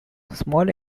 small